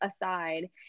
aside